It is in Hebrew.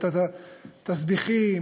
את התסביכים,